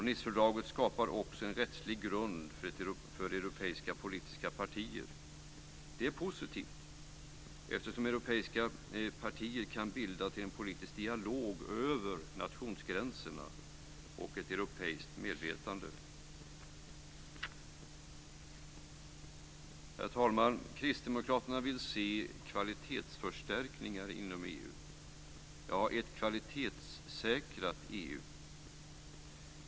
Nicefördraget skapar också en rättslig grund för europeiska politiska partier. Det är positivt, eftersom europeiska partier kan bidra till en politisk dialog över nationsgränserna och ett europeiskt politiskt medvetande. Herr talman! Kristdemokraterna vill se kvalitetsförstärkningar inom EU, ett kvalitetssäkrat EU.